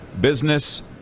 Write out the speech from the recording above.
Business